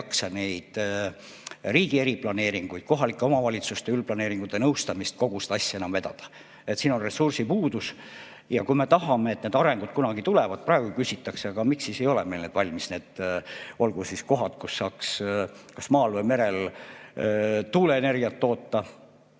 muidu ei jaksa neid riigi eriplaneeringuid, kohalike omavalitsuste üldplaneeringute nõustamist ja kogu seda asja enam vedada. Siin on ressursipuudus. Ja kui me tahame, et need arendused kunagi tulevad ... Praegu küsitakse, et aga miks siis ei ole meil valmis need kohad, kus saaks kas maal või merel tuuleenergiat toota.